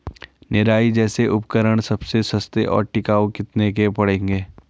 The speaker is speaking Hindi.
निराई जैसे उपकरण सबसे सस्ते और टिकाऊ कितने के पड़ेंगे?